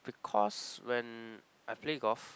because when I play golf